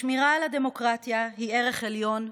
השמירה על הדמוקרטיה היא ערך עליון,